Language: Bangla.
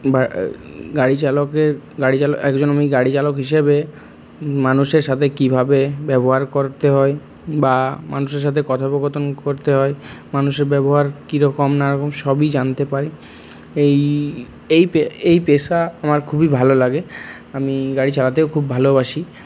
গাড়ি চালকের একজন গাড়ি চালক হিসেবে মানুষের সাথে কিভাবে ব্যবহার করতে হয় বা মানুষের সাথে কথোপোকথন করতে হয় মানুষের ব্যবহার কিরকম নানারকম সবই জানতে পারি এই এই পেশা আমার খুবই ভালো লাগে আমি গাড়ি চালাতেও খুবই ভালোবাসি